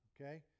Okay